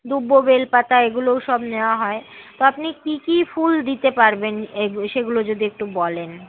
দূর্বা বেলপাতা এইগুলোও সব নেওয়া হয় তো আপনি কী কী ফুল দিতে পারবেন সেগুলো যদি একটু বলেন